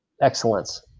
excellence